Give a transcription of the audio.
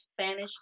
Spanish